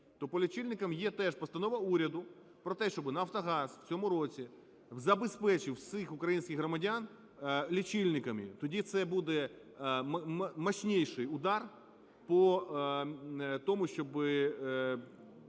то по лічильникам є теж постанова уряду про те, щоби "Нафтогаз" у цьому році забезпечив усіх українських громадян лічильниками. Тоді це буде мощнейший удар по тому, щоби